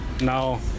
now